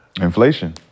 Inflation